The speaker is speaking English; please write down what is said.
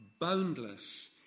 boundless